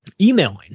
emailing